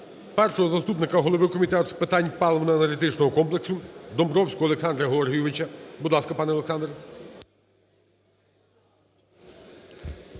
першого заступника голови Комітету з питань паливно-енергетичного комплексу Домбровського Олександра Георгійовича. Будь ласка, пане Олександре.